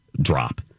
drop